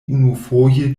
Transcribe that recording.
unufoje